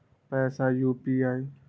पैसा यू.पी.आई?